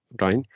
right